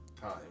time